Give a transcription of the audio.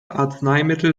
arzneimittel